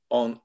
on